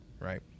right